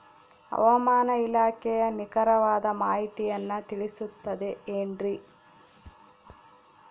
ಹವಮಾನ ಇಲಾಖೆಯ ನಿಖರವಾದ ಮಾಹಿತಿಯನ್ನ ತಿಳಿಸುತ್ತದೆ ಎನ್ರಿ?